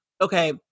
okay